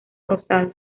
rosado